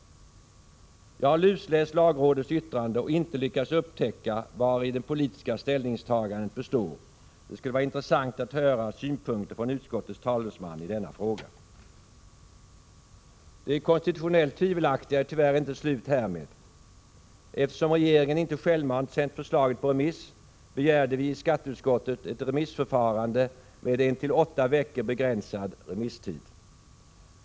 Jag har lusläst lagrådets yttrande och inte lyckats upptäcka vari det politiska ställningstagandet består. Det skulle vara intressant att höra synpunkter från utskottets talesman i denna fråga. Det konstitutionellt tvivelaktiga är tyvärr inte slut därmed. Eftersom regeringen inte självmant sänt förslaget på remiss begärde vi i skatteutskottet ett remissförfarande med en till åtta veckor begränsad remisstid.